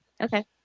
Okay